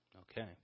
Okay